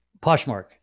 poshmark